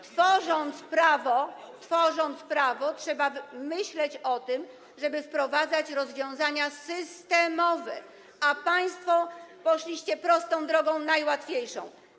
Tworząc prawo, trzeba myśleć o tym, żeby wprowadzać rozwiązania systemowe, a państwo poszliście prostą drogą, najłatwiejszą.